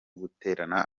guterana